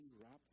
wrapped